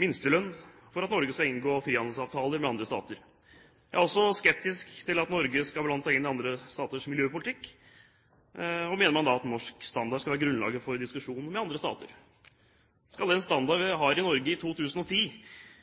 minstelønn for at Norge skal inngå frihandelsavtaler med andre stater. Jeg er også skeptisk til at Norge skal blande seg inn i andre staters miljøpolitikk. Mener man da at norsk standard skal være grunnlaget for diskusjon med andre stater? Skal den